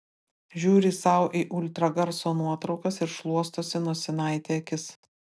žiūri sau į ultragarso nuotraukas ir šluostosi nosinaite akis